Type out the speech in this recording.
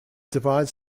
divides